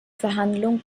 verhandlungen